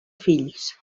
fills